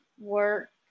work